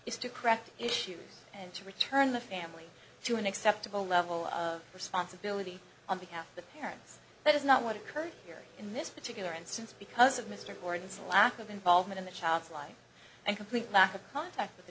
is to correct issues and to return the family to an acceptable level of responsibility on behalf of the parents that is not what occurred here in this particular instance because of mr gordon's lack of involvement in the child's life and complete lack of contact with the